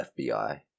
FBI